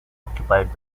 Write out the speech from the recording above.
occupied